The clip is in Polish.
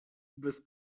bez